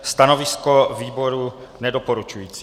Stanovisko výboru nedoporučující.